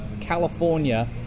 California